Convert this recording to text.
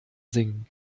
singen